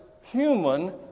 human